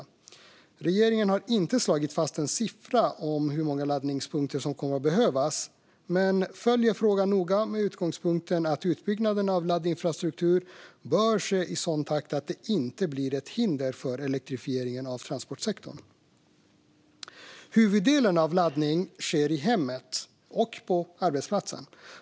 Regeringen har inte slagit fast en siffra om hur många laddpunkter som kommer att behövas men följer frågan noga med utgångspunkten att utbyggnaden av laddinfrastruktur bör ske i sådan takt att den inte blir ett hinder för elektrifieringen av transportsektorn. Huvuddelen av laddningen sker i hemmet och på arbetsplatsen.